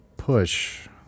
Push